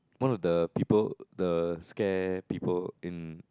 one of the people the scare people in